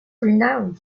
renowned